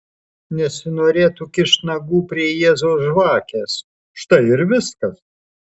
nesinorėtų kišt nagų prie jėzaus žvakės štai ir viskas